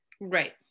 Right